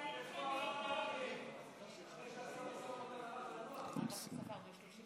וקבוצת סיעת הרשימה המשותפת אחרי סעיף